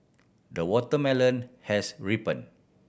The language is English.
the watermelon has ripen